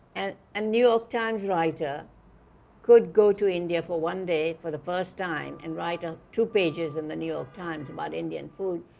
and a new york times writer could go to india for one day for the first time and write ah two pages in the new york times about indian food,